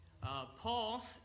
Paul